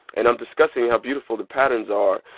and i'm discussing how beautiful the patterns are,